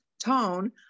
tone